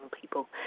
people